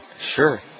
Sure